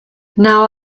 now